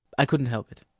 i couldn't help it.